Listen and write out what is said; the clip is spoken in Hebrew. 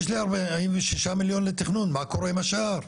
יש לי 46 מיליון לתכנון, מה קורה עם השאר?